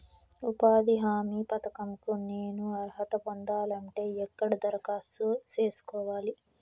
ఉపాధి హామీ పథకం కు నేను అర్హత పొందాలంటే ఎక్కడ దరఖాస్తు సేసుకోవాలి?